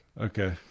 Okay